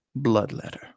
bloodletter